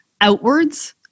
outwards